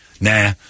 Nah